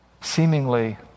seemingly